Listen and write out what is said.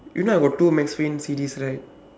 you know I got two max payne C_Ds right